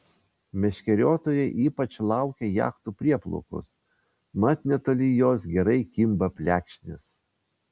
meškeriotojai ypač laukia jachtų prieplaukos mat netoli jos gerai kimba plekšnės